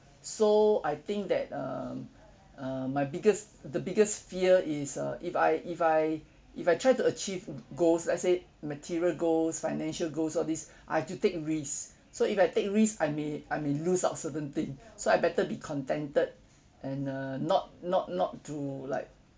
so I think that um uh my biggest the biggest fear is uh if I if I if I try to achieve g~ goals let's say material goals financial goals all this I have to take risks so if I take risk I may I may lose out certain thing so I better be contented and uh not not not to like